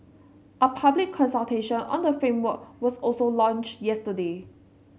a public consultation on the framework was also launched yesterday